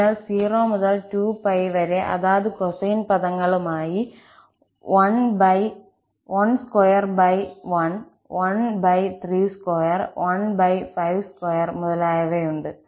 അതിനാൽ 0 മുതൽ 2𝜋 വരെ അതാതു കൊസൈൻ പദങ്ങളുമായി 112 132 152 മുതലായവ ഉണ്ട്